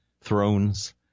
thrones